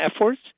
efforts